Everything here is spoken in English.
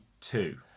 two